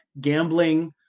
gambling